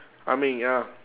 ah ming ya